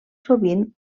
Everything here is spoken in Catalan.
sovint